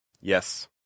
Yes